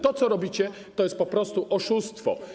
To, co robicie, to jest po prostu oszustwo.